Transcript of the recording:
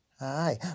Aye